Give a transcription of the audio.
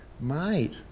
mate